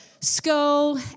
school